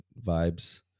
vibes